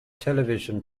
television